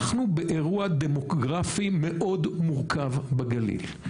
אנחנו באירוע דמוגרפי מורכב מאוד בגליל.